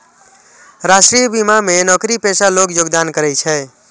राष्ट्रीय बीमा मे नौकरीपेशा लोग योगदान करै छै